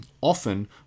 often